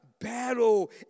battle